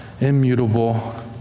immutable